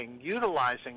utilizing